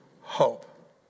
hope